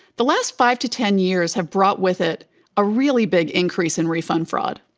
the last five to ten years have brought with it a really big increase in refund fraud.